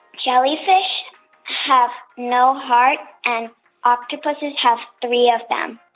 jellyfish have no heart, and octopuses have three of them.